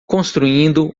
construindo